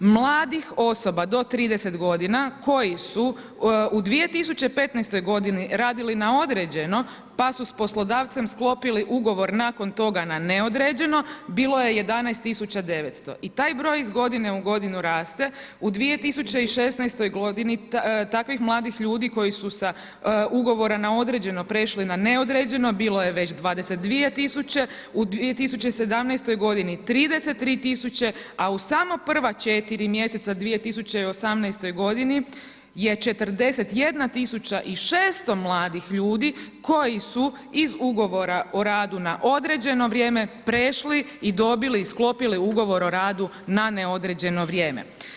Mladih osoba do 30 godina koji su u 2015. godini radili na određeno pa su s poslodavcem sklopili ugovor nakon toga na neodređeno bilo je 11 900. i taj broj iz godine u godinu raste, u 2016. godini takvih mladih ljudi koji su sa ugovora na određeno prešli na neodređeno, bilo je već 22 000, u 2017. godini 33 000, a u samo prva četiri mjeseca 2018. godini je 41 600 mladih ljudi koji su iz ugovora o radu na određeno vrijeme prešli i dobili i sklopili ugovor o radu na neodređeno vrijeme.